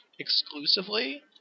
exclusively